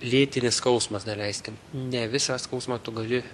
lėtinis skausmas daleiskim ne visą skausmą tu gali